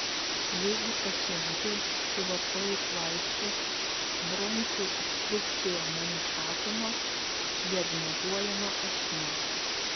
jeigu pacientui suvartojus vaistų bronchų obstrukcija nenustatoma diagnozuojama astma